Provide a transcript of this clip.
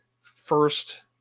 first